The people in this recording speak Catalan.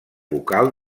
vocal